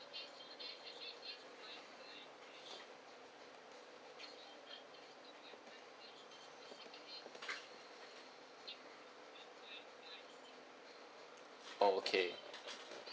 oh okay